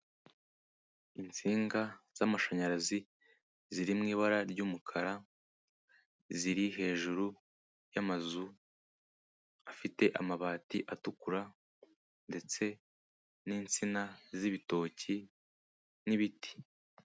Insinga z'amashanyarazi ziri mu ibara ry'umukara, ziri hejuru y'amazu afite amabati atukura ndetse n'insina z'ibitoki n'ibiti.